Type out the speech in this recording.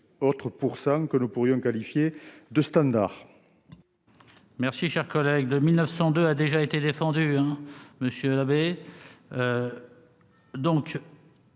autres 50 % que nous pourrions qualifier de standards.